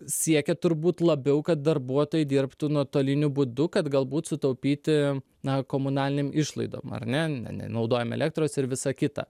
siekia turbūt labiau kad darbuotojai dirbtų nuotoliniu būdu kad galbūt sutaupyti na komunalinėm išlaidom ar ne ne nenaudojam elektros ir visa kita